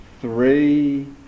three